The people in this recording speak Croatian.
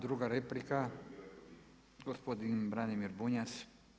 Druga replika, gospodin Branimir Bunjac.